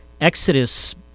Exodus